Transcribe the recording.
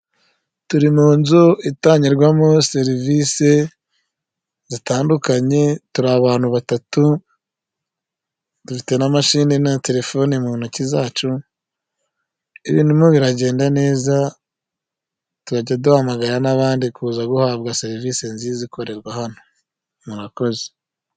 Turi mu nzu itangirwamo serivisi zitandukanye turi abantu batatu dufite n'imashini na terefoni mu ntoki zacu ibintu biragenda neza tujya duhamagara n'abandi kuza guhabwa serivisi nziza ikorerwa hano murakoze.